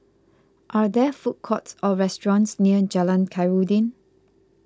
are there food courts or restaurants near Jalan Khairuddin